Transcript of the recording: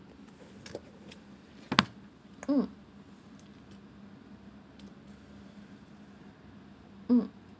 mm mm